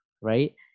right